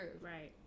Right